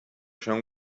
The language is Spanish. john